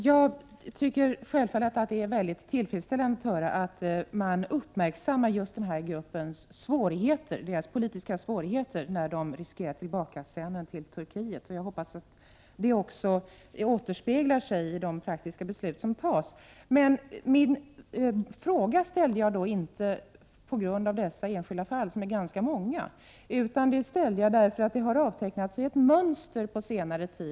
Herr talman! Självfallet tycker jag att det är tillfredsställande att höra att man uppmärksammar just den här gruppens svårigheter i och med att personerna i fråga riskerar att sändas tillbaka till Turkiet. Jag hoppas att det också återspeglar sig i de praktiska beslut som fattas. Men min fråga gällde inte dessa enskilda personer, som ju är ganska många, utan jag ställde frågan därför att det har avtecknat sig ett mönster på senare tid.